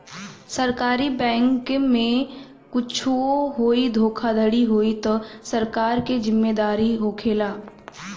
सरकारी बैंके में कुच्छो होई धोखाधड़ी होई तअ सरकार के जिम्मेदारी होखेला